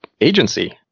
agency